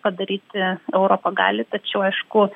padaryti europa gali tačiau aišku